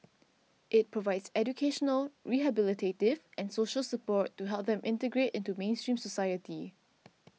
it provides educational rehabilitative and social support to help them integrate into mainstream society